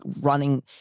running